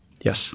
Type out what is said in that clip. Yes